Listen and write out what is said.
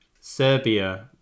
Serbia